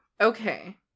Okay